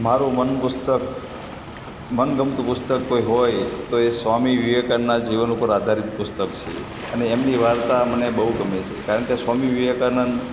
મારું મન પુસ્તક મનગમતું પુસ્તક કોઈ હોય તો એ સ્વામી વિવેકાનાના જીવન પર આધારિત પુસ્તક છે અને એમની વાર્તા મને બહું ગમે છે કારણ કે સ્વામી વિવેકાનંદ